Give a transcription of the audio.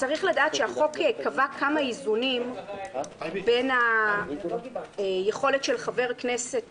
צריך לדעת שהחוק קבע כמה איזונים בין היכולת של חבר כנסת